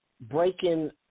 breaking